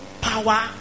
power